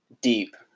deep